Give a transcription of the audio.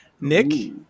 Nick